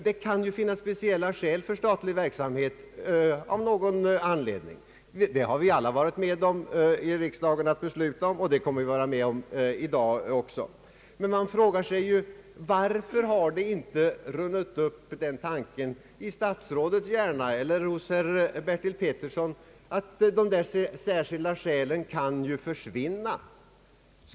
Det kan ju finnas speciella skäl för statlig verksamhet — vi har alla varit med om att besluta om sådant i riksdagen, och det kommer vi att vara med om i dag också — och frågan är då: Varför har inte den tanken runnit upp i statsrådets hjärna eller hos herr Bertil Petersson att de särskilda skälen kan försvinna?